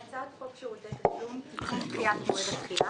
" הצעת חוק שירותי תשלום (תיקון) (דחיית מועד התחילה),